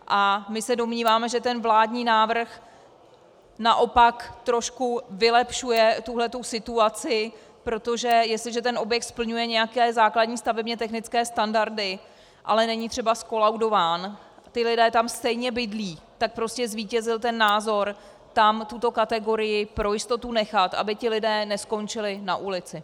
A my se domníváme, že vládní návrh trošku vylepšuje tuto situaci, protože jestliže ten objekt splňuje nějaké základní stavebně technické standardy, ale není třeba zkolaudován, ti lidé tam stejně bydlí, tak prostě zvítězil názor tam tuto kategorii pro jistotu nechat, aby ti lidé neskončili na ulici.